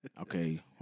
Okay